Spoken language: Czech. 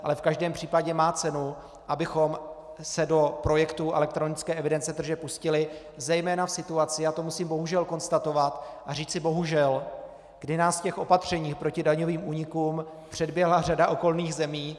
Ale v každém případě má cenu, abychom se do projektu elektronické evidence tržeb pustili, zejména v situaci já to musím bohužel konstatovat a říci bohužel , kdy nás v těch opatřeních proti daňovým únikům předběhla řada okolních zemí.